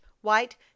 white